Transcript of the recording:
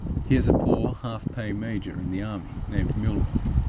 he is a poor half-pay major in the army, named milroy,